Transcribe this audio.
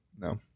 No